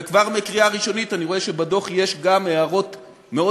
וכבר מקריאה ראשונית אני רואה שבדוח יש גם הערות מאוד